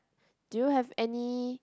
do you have any